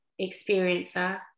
experiencer